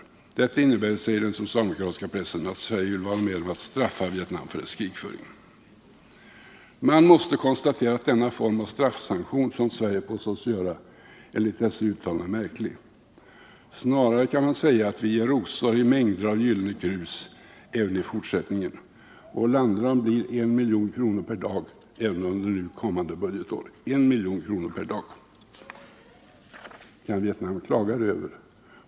Detta innebär, säger den socialdemokratiska pressen, att Sverige vill vara med och ”straffa” Vietnam för dess krigföring. Man måste konstatera att denna form av straffsanktion som Sverige enligt dessa uttalanden påstås göra är märklig. Snarare kan man säga att vi ger rosor i mängder av gyllene krus även i fortsättningen. Vår landram skulle bli I milj.kr. per dag även under nu kommande budgetår. Kan Vietnam klaga häröver?